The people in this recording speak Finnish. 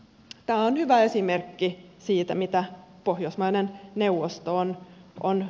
tämä on hyvä esimerkki siitä mitä pohjoismaiden neuvosto on tuottanut